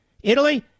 Italy